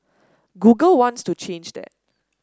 Google wants to change that